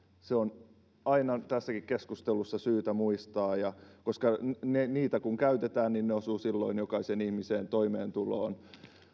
se on tässäkin keskustelussa aina syytä muistaa niitä kun käytetään niin ne osuvat jokaisen ihmisen toimeentuloon